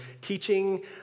teaching